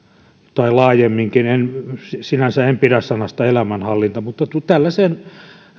tai laajemminkin sinänsä en pidä sanasta elämänhallinta tällaiseen